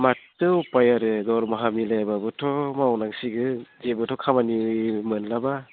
माथो उफाय आरो दरमाहा मिलायाब्लाबोथ' मावनांसिगोन जेबोथ' खामानि मोनलाब्ला